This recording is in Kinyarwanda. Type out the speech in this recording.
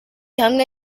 hamwe